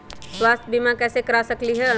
स्वाथ्य बीमा कैसे करा सकीले है?